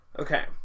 Okay